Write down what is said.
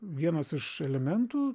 vienas iš elementų